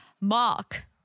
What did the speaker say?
Mark